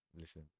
Listen